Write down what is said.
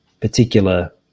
particular